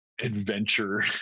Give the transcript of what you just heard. adventure